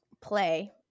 play